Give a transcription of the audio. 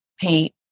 paint